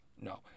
no